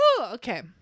Okay